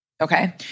Okay